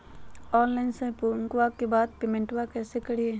Online शोपिंग्बा के बाद पेमेंटबा कैसे करीय?